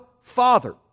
Father